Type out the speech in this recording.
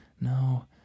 No